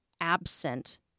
absent